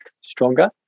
stronger